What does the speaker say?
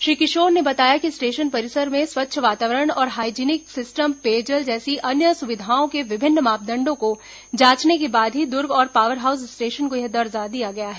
श्री किशोर ने बताया कि स्टेशन परिसर में स्वच्छ वातावरण और हाइजीनिक सिस्टम पेयजल जैसी अन्य सुविधाओं के विभिन्न मापदंडों को जांचने के बाद ही दुर्ग और पावर हाउस स्टेशन को यह दर्जा दिया गया है